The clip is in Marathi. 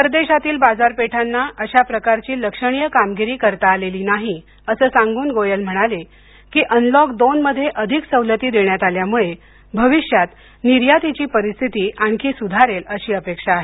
परदेशातील बाजारपेठांना अशा प्रकारची लक्षणीय कामगिरी करता आलेली नाही असं सांगून गोयल म्हणाले की अनलॉक दोनमध्ये अधिक सवलती देण्यात आल्यामुळे भविष्यात निर्यातीची परिस्थिती आणखी सुधारले अशी अपेक्षा आहे